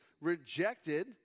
rejected